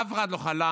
אף אחד לא חלם,